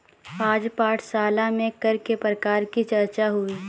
आज पाठशाला में कर के प्रकार की चर्चा हुई